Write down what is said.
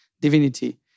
divinity